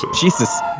Jesus